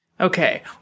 Okay